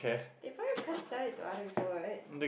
they probably can't sell it to other people right